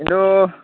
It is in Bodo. खिन्थु